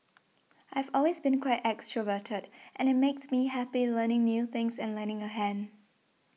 I've always been quite extroverted and it makes me happy learning new things and lending a hand